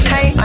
Hey